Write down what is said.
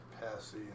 Passy